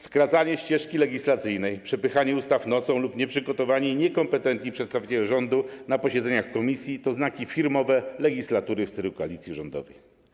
Skracanie ścieżki legislacyjnej, przepychanie ustaw nocą, nieprzygotowani i niekompetentni przedstawiciele rządu na posiedzeniach komisji to znaki firmowe legislatury w stylu koalicji rządowej.